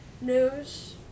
News